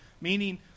meaning